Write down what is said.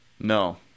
No